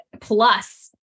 plus